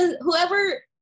whoever